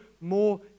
more